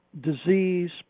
disease